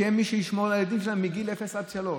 ויהיה מי שישמור על הילדים שלה מגיל אפס עד שלוש.